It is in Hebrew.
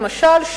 למשל,